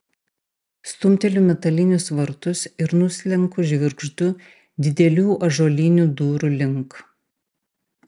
stumteliu metalinius vartus ir nuslenku žvirgždu didelių ąžuolinių durų link